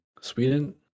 Sweden